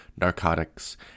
narcotics